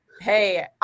Hey